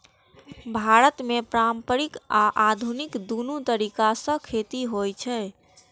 भारत मे पारंपरिक आ आधुनिक, दुनू तरीका सं खेती होइ छै